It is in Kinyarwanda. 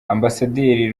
ambasaderi